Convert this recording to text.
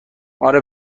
آره